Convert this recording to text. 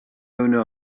owner